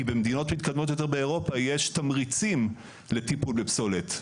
כי במדינות מתקדמות יותר באירופה יש תמריצים לטיפול בפסולת,